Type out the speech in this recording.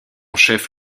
chef